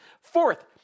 Fourth